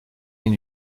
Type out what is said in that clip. une